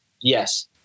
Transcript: Yes